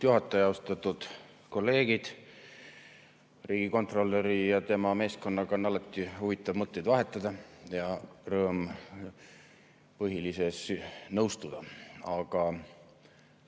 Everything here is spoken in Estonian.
juhataja! Austatud kolleegid! Riigikontrolöri ja tema meeskonnaga on alati huvitav mõtteid vahetada ja rõõm põhilises nõustuda, aga